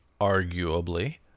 Arguably